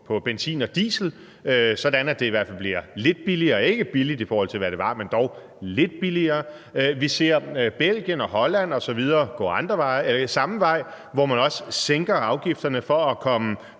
på benzin og diesel, sådan at det i hvert fald bliver lidt billigere, ikke billigt, i forhold til hvad det var, men dog lidt billigere. Vi ser Belgien og Holland osv. gå samme vej, hvor man også sænker afgifterne for at komme